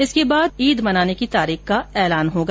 इसके बाद ईद मनाने की तारीख का ऐलान होगा